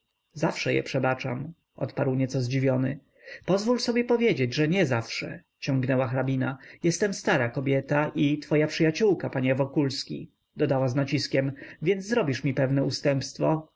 zawsze je przebaczam odparł nieco zdziwiony pozwól sobie powiedzieć że niezawsze ciągnęła hrabina jestem stara kobieta i twoja przyjaciółka panie wokulski dodała z naciskiem więc zrobisz mi pewne